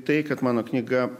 tai kad mano knyga